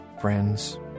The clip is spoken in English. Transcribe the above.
friends